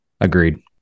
Agreed